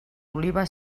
oliva